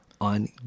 on